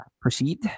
proceed